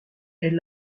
est